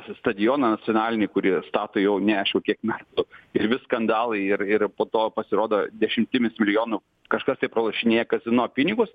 stadioną nacionalinį kurį stato jau neaišku kiek metų ir vis skandalai ir ir po to pasirodo dešimtimis milijonų kažkas tai pralošinėja kazino pinigus